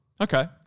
Okay